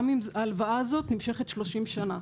גם אם ההלוואה הזאת נמשכת 30 שנה.